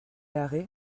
arrêt